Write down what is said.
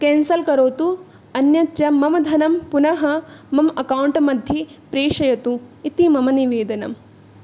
cancel करोतु अन्यच्च मम धनं पुनः मम अकौण्ट् मध्ये प्रेषयतु इति मम निवेदनम्